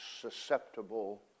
susceptible